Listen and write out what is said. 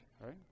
right